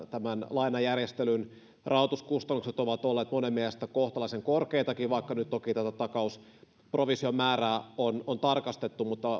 lainajärjestelyn rahoituskustannukset ovat olleet monen mielestä kohtalaisen korkeitakin vaikka nyt toki takausprovision määrää on on tarkastettu